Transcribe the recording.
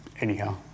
anyhow